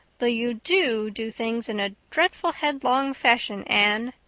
though you do do things in a dreadful headlong fashion, anne.